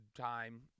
time